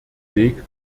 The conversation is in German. weg